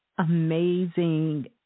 amazing